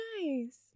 nice